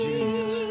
Jesus